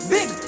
Big